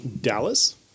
Dallas